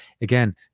Again